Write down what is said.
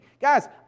Guys